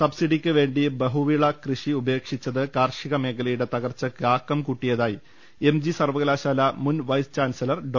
സബ്സിഡിക്ക് വേണ്ടി ബഹുവിള കൃഷി ഉപേക്ഷിച്ചത് കാർഷിക മേഖ ലയുടെ തകർച്ചക്ക് ആക്കം കൂട്ടിയതായി എംജി സർവ്വകലാശാല മുൻ വൈസ് ചാൻസലർ ഡോ